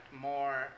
more